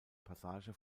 passage